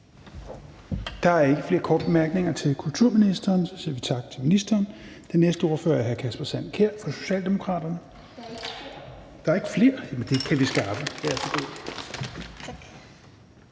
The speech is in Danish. Der er ikke flere korte bemærkninger til kulturministeren. Så siger vi tak til ministeren. Den næste ordfører er hr. Kasper Sand Kjær fra Socialdemokraterne – fornemt, så er der sprittet af. Værsgo.